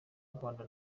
rwanda